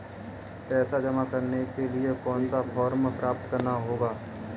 पैसा जमा करने के लिए कौन सा फॉर्म प्राप्त करना होगा?